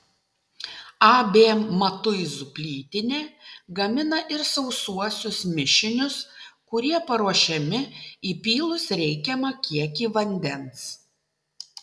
ab matuizų plytinė gamina ir sausuosius mišinius kurie paruošiami įpylus reikiamą kiekį vandens